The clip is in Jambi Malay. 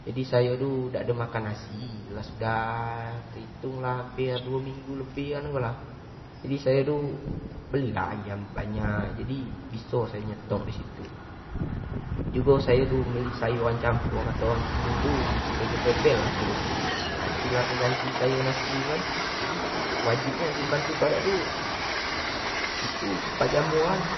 Jadi sayo tu dak ado makan nasi, lah sudah terhitung lah do sekitar duo mingguan lebih lah, jadi sayo tu beli lah, ayam banyak, jadi biso sayo nyetok disitu, jadi sayo ado beli sayuran campur atau kato orang kini ko mixed vegetable apo tu, itu lah pengganti nasi tu kan, jadi wajib nian simpan tu, kalo dak tu itu cepat jamuran,